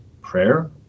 prayer